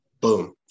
Boom